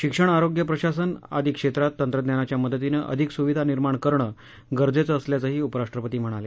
शिक्षण आरोग्य प्रशासन आदी क्षेत्रात तंत्रज्ञानाच्या मदतीनं अधिक सुविधा निर्माण करणं गरजेचं असल्याचंही उपराष्ट्रपती म्हणाले